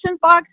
box